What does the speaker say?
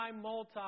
multi